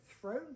throne